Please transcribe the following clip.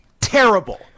terrible